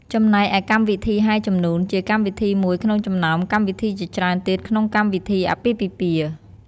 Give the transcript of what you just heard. ចំណែកឯកម្មវិធីហែជំនួន ជាកម្មវិធីមួយក្នុងចំណោមកម្មវិធីជាច្រ់ើនទៀតក្នុងកម្មវិធីអាពាហ៍ពិពាហ៍។